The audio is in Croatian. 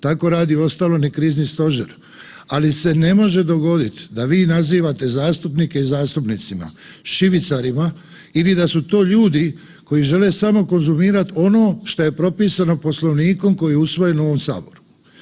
Tako radi uostalom i krizni stožer, ali se ne može dogodit da vi nazivate zastupnike i zastupnice šibicarima ili da su to ljudi koji žele samo konzumirati ono šta je propisano Poslovnikom koji je usvojen u ovom saboru.